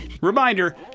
reminder